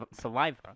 saliva